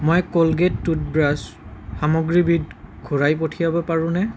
মই Colgate toothbrush সামগ্ৰীবিধ ঘূৰাই পঠিয়াব পাৰোনে